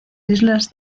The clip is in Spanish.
islas